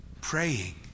praying